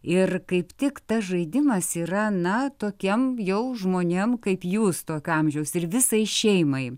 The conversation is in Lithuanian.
ir kaip tik tas žaidimas yra na tokiems jau žmonėms kaip jūs tokio amžiaus ir visai šeimai